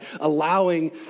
allowing